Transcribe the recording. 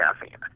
caffeine